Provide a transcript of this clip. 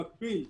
במקביל,